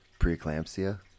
preeclampsia